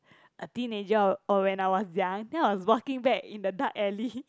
a teenager or or when I was young then I was walking back in the dark alley